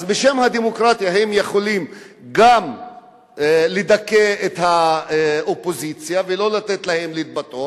בשם הדמוקרטיה הם יכולים גם לדכא את האופוזיציה ולא לתת להם להתבטא,